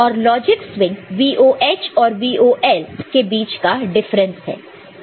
और logic swing VOH और VOL के बीच का डिफरेंस है